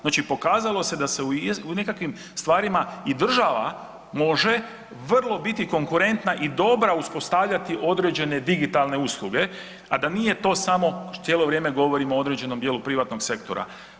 Znači pokazalo se da se u nekakvim stvarima i država može vrlo biti konkurentna i dobra uspostavljati određene digitalne usluge, a da nije to samo, cijelo vrijeme govorimo o određenom dijelu privatnog sektora.